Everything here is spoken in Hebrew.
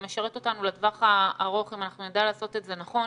משרת אותנו לטווח הארוך אם אנחנו נדע לעשות את זה נכון,